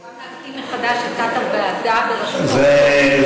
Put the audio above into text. אבל גם להקים מחדש את תת-הוועדה בראשות האופוזיציה,